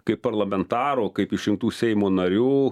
kaip parlamentarų kaip išrinktų seimo narių